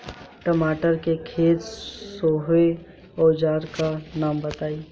टमाटर के खेत सोहेला औजर के नाम बताई?